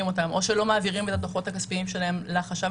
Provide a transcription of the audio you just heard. אותם או שלא מעבירים את הדוחות הכספיים שלהם לחשב